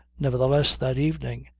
nevertheless, that evening,